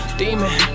demon